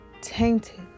tainted